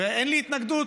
ואין לי התנגדות